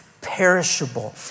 perishable